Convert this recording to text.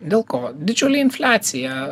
dėl ko didžiulė infliacija